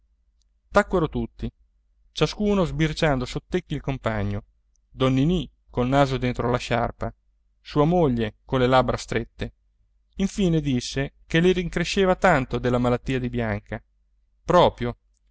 testa tacquero tutti ciascuno sbirciando sottecchi il compagno don ninì col naso dentro la sciarpa sua moglie colle labbra strette infine disse che le rincresceva tanto della malattia di bianca proprio